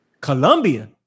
Colombia